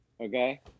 Okay